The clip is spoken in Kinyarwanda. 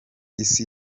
isi